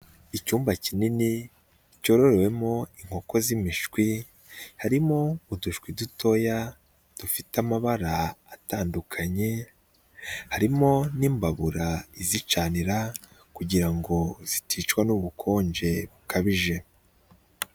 Icyumba kinini cyororewemo inkoko z'imishwi, harimo udushwi dutoya dufite amabara atandukanye, harimo n'imbabura izicanira kugira ngo ziticwa n'ubukonje bukabije.